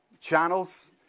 channels